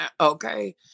Okay